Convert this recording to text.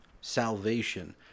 Salvation